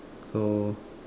so